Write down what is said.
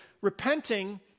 repenting